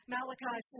Malachi